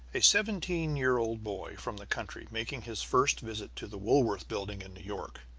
a seventeen-year-old boy from the country, making his first visit to the woolworth building in new york,